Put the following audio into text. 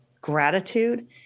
gratitude